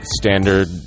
standard